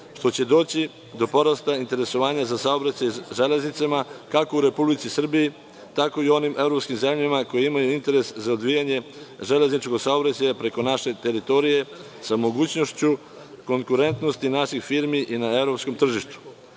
gde će doći do porasta interesovanja za saobraćaj železnicom, kako u Republici Srbiji, tako i u onim evropskim zemljama koje imaju interes za odvijanje železničkog saobraćaja preko naše teritorije, sa mogućnošću konkurentnosti naših firmi na evropskom tržištu.